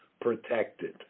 protected